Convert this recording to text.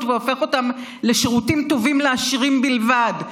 והופך אותם לשירותים טובים לעשירים בלבד,